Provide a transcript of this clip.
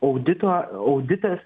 audito auditas